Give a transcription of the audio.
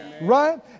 Right